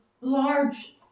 large